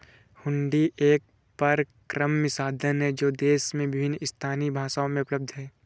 हुंडी एक परक्राम्य साधन है जो देश में विभिन्न स्थानीय भाषाओं में उपलब्ध हैं